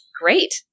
Great